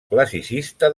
classicista